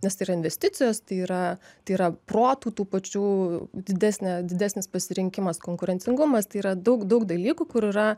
nes tai yra investicijos tai yra tai yra protų tų pačių didesnė didesnis pasirinkimas konkurencingumas tai yra daug daug dalykų kur yra